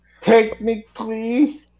Technically